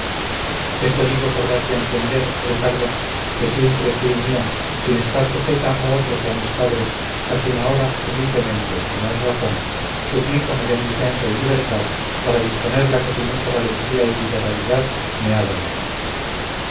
esto digo por darte a entender ricardo que siempre fui mía sin estar sujeta a otro que a mis padres a quien ahora humildemente como es razón suplico me den licencia y libertad para disponer la que tu mucha valentía y liberalidad me ha dado